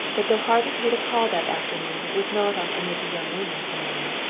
but though harvey paid a call that afternoon it was not on any of the young women he knew.